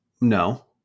no